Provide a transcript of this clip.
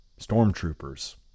Stormtroopers